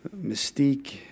mystique